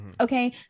okay